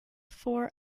four